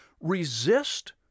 resist